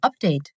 Update